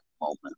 moment